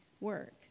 works